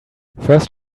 first